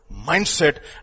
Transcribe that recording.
mindset